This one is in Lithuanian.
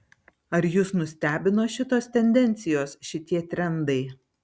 ar jus nustebino šitos tendencijos šitie trendai